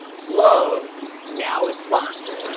lowe's, now a sponsor.